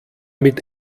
mit